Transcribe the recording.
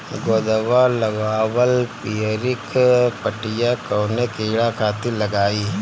गोदवा लगवाल पियरकि पठिया कवने कीड़ा खातिर लगाई?